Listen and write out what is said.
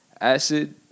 Acid